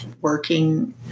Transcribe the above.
working